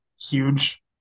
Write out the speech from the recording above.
huge